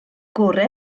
gorau